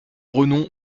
renom